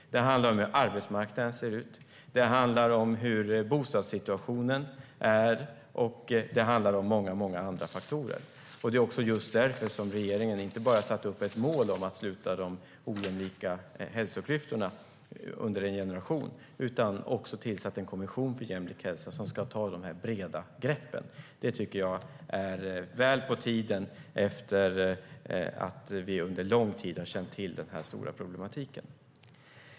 Det handlar om hur arbetsmarknaden ser ut. Det handlar om bostadssituationen, och det handlar om många andra faktorer. Det är därför regeringen inte bara har satt upp ett mål om att sluta de ojämlika hälsoklyftorna under en generation utan också har tillsatt en kommission för jämlik hälsa som ska ta de breda greppen. Det är på tiden efter att vi under lång tid har känt till problemen.